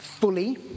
Fully